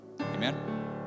Amen